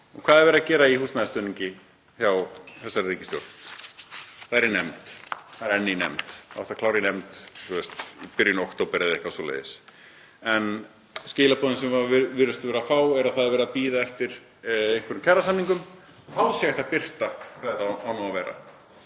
Og hvað er verið að gera í húsnæðisstuðningi hjá þessari ríkisstjórn? Það er í nefnd, það er enn í nefnd, átti að klára í nefnd í byrjun október eða eitthvað svoleiðis. En skilaboðin sem við virðumst vera að fá er að það sé verið að bíða eftir einhverjum kjarasamningum, þá sé hægt að birta það hvernig þetta á að vera.